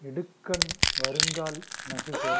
எடுக்கன் வருங்கால் நகுக